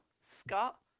Scott